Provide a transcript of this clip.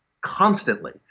constantly